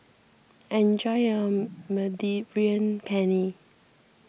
enjoy your Mediterranean Penne